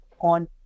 on